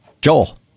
Joel